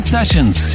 sessions